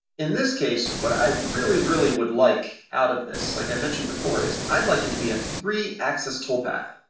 in this case, what i really, really would like out of this, like i mentioned before, is, i'd like it to be a three axis toolpath.